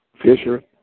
Fisher